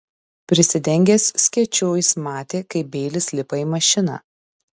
prisidengęs skėčiu jis matė kaip beilis lipa į mašiną